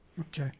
Okay